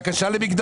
בקשה למקדמות.